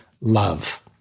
love